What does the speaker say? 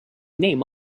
name